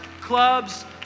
clubs